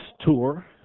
tour